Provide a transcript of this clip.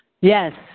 Yes